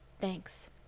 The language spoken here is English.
thanks